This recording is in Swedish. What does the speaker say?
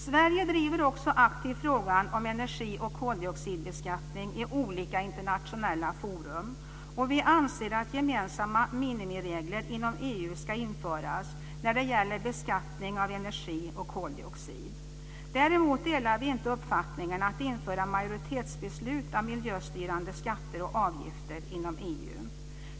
Sverige driver också aktivt frågan om energi och koldioxidbeskattning i olika internationella forum, och vi anser att gemensamma minimiregler inom EU ska införas när det gäller beskattning av energi och koldioxid. Däremot delar vi inte uppfattningen att man ska införa majoritetsbeslut om miljöstyrande skatter och avgifter inom EU.